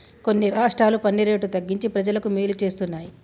కొన్ని రాష్ట్రాలు పన్ను రేటు తగ్గించి ప్రజలకు మేలు చేస్తున్నాయి